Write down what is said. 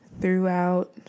throughout